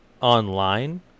online